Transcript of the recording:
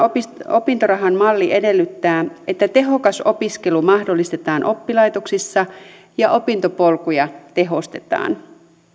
opintorahan malli edellyttää että tehokas opiskelu mahdollistetaan oppilaitoksissa ja opintopolkuja tehostetaan